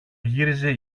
γύριζε